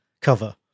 cover